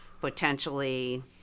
potentially